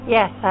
Yes